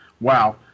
Wow